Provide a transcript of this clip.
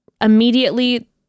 immediately